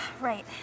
Right